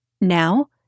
Now